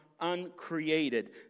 uncreated